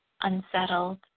unsettled